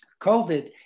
COVID